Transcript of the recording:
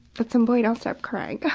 but some point i'll stop crying.